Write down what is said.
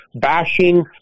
bashing